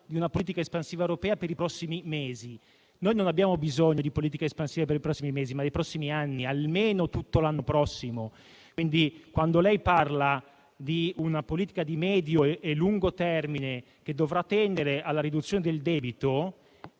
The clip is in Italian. di una politica espansiva europea per i prossimi mesi. Noi non abbiamo bisogno di politiche espansive per i prossimi mesi, ma per i prossimi anni e, almeno, per tutto l'anno prossimo. Quando lei parla di una politica di medio e lungo termine che dovrà tendere alla riduzione del debito,